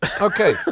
Okay